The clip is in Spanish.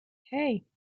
hey